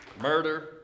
Murder